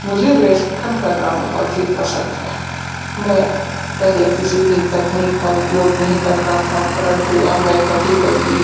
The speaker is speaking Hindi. मुझे लेखन करना बहुत ही पसंद है मैं पहले किसी भी तकनीक का उपयोग नहीं करता था परंतु अब मैं कभी कभी